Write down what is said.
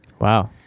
Wow